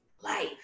life